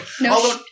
No